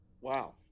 wow